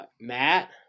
Matt